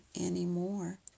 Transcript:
anymore